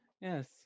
Yes